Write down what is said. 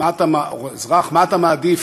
או אזרח: מה אתה מעדיף,